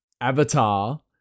Avatar